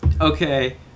okay